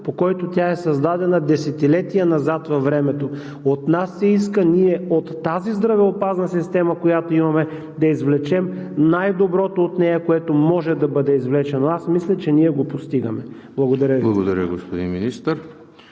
по който тя е създадена десетилетия назад във времето. От нас се иска ние, от тази здравеопазна система, която имаме, да извлечем най-доброто от нея, което може да бъде извлечено. Аз мисля, че ние го постигаме. Благодаря Ви. ПРЕДСЕДАТЕЛ ЕМИЛ